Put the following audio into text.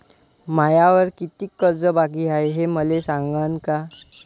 मायावर कितीक कर्ज बाकी हाय, हे मले सांगान का?